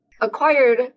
acquired